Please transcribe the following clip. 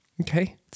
Okay